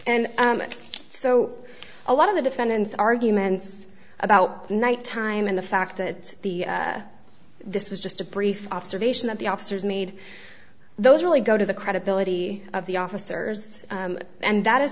and so a lot of the defendant's arguments about night time and the fact that the this was just a brief observation of the officers made those really go to the credibility of the officers and that is